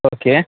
okay